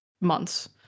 months